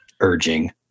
urging